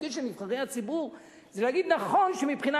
התפקיד של נבחרי הציבור זה לומר: נכון שמבחינה